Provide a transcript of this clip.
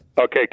Okay